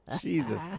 Jesus